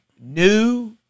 new